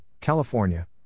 California